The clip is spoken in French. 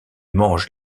mange